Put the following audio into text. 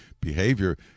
behavior